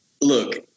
Look